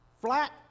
flat